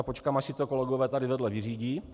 Počkám, až si to kolegové tady vedle vyřídí.